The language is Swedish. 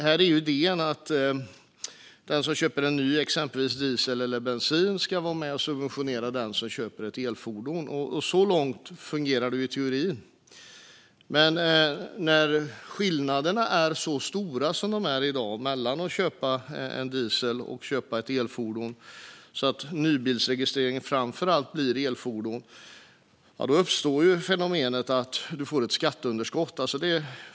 Här är idén att den som exempelvis köper ett nytt fordon som går på diesel eller bensin ska vara med och subventionera den som köper ett elfordon. Så långt fungerar det i teorin. Men när skillnaderna är så stora som de är i dag mellan att köpa ett dieselfordon och ett elfordon så att nybilsregistreringen framför allt blir elfordon uppstår fenomenet att du får ett skatteunderskott.